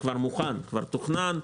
הכול כבר מוכן ותוכנן,